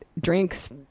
drinks